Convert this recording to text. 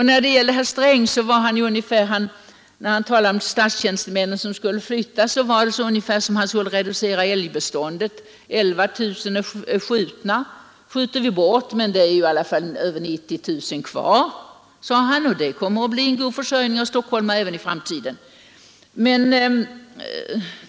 När herr Sträng talade om de statstjänstemän som skall flytta ut var det ungefär som om han skulle reducera älgbeståndet — 11 000 skjuter vi bort, men det är ju i alla fall över 90 000 kvar, sade han, och det kommer att bli god försörjning av stockholmare även i framtiden.